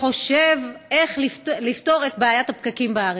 שחושב איך לפתור את בעיית הפקקים בארץ.